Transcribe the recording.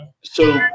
so-